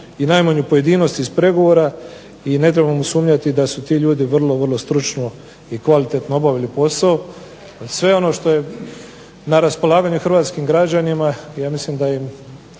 najmanju pojedinost iz pregovora i ne trebamo sumnjati da su ti ljudi vrlo stručno i kvalitetno obavili posao. Sve ono što je na raspolaganju Hrvatskim građanima ja mislim da će